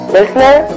Listener